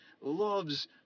loves